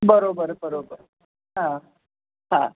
बरोबर बरोबर हां हां